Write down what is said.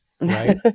right